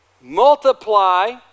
multiply